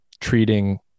treating